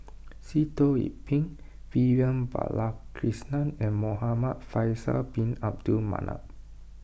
Sitoh Yih Pin Vivian Balakrishnan and Muhamad Faisal Bin Abdul Manap